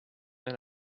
and